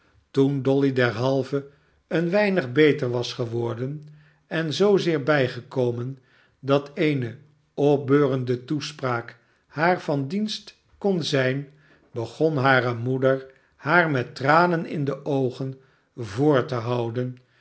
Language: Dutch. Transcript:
toen dolly derhalve een weinig beter was geworden en zoozeer bijgekomen dat eene opbeurende toespraak haar van dienst kon zijn begon hare moeder haar met tranen in de oogen voor te houden